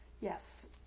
Yes